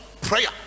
prayer